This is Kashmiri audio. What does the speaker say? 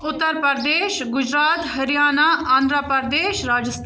اُتر پرٛدیش گُجرات ہریانہ آندھرا پرٛدیش راجست